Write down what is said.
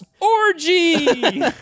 orgy